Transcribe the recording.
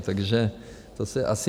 Takže to se asi...